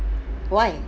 why